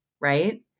right